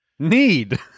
Need